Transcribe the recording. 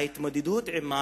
ההתמודדות עמה